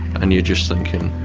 and you're just thinking